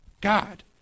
God